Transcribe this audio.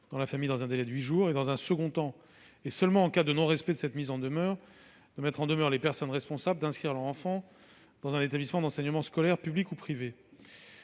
dans la famille, dans un délai de huit jours. Dans un second temps, et seulement en cas de non-respect de cette mise en demeure, il vise à mettre en demeure les personnes responsables d'inscrire leur enfant dans un établissement d'enseignement scolaire public ou privé.